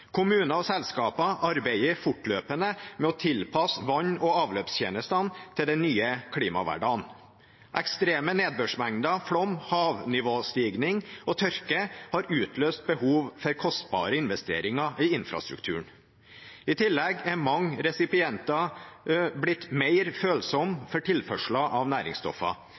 Kommuner og selskaper arbeider fortløpende med å tilpasse vann- og avløpstjenestene til den nye klimahverdagen. Ekstreme nedbørsmengder, flom, havnivåstigning og tørke har utløst behov for kostbare investeringer i infrastrukturen. I tillegg er mange resipienter blitt mer følsomme for tilførsel av næringsstoffer,